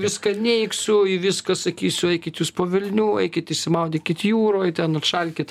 viską neigsiu į viską sakysiu eikit jūs po velnių eikit išsimaudykit jūroj ten atšalkit